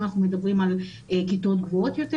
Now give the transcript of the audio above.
אם אנחנו מדברים על כיתות גבוהות יותר,